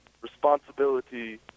responsibility